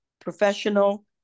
professional